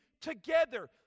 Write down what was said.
together